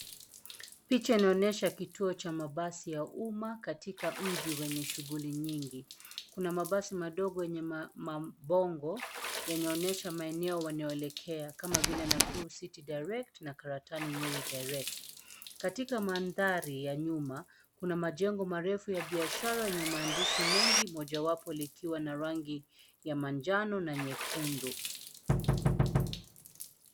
Picha inaonyesha kituo cha mabasi ya umma katika mji wenye shughuli nyingi. Kuna mabasi madogo yenye mabango yanaonyesha maeneo wanayoelekea kama Nakuru City Direct na Karatina Nyeri Direct . Katika mandhari ya nyuma, kuna majengo marefu ya biashara yenye maandishi mengi mojawapo likiwa na rangi ya manjano na nyekundu.